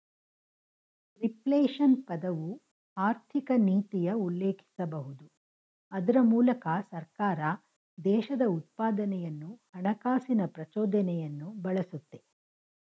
reflation ಪದವು ಆರ್ಥಿಕನೀತಿಯ ಉಲ್ಲೇಖಿಸಬಹುದು ಅದ್ರ ಮೂಲಕ ಸರ್ಕಾರ ದೇಶದ ಉತ್ಪಾದನೆಯನ್ನು ಹಣಕಾಸಿನ ಪ್ರಚೋದನೆಯನ್ನು ಬಳಸುತ್ತೆ